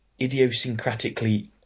idiosyncratically